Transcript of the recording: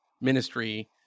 ministry